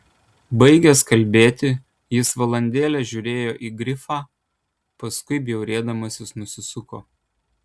baigęs kalbėti jis valandėlę žiūrėjo į grifą paskui bjaurėdamasis nusisuko